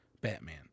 Batman